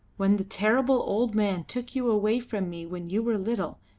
when the terrible old man took you away from me when you were little,